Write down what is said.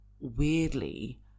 weirdly